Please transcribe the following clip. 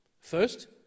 First